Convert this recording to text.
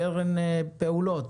קרן פעולות,